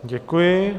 Děkuji.